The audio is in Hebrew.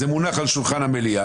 זה מונח על שולחן המליאה,